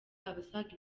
abasaga